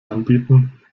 anbieten